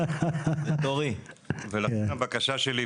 לכן הבקשה שלי,